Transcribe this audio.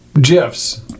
GIFs